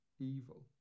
evil